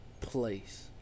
place